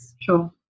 Sure